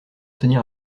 tenir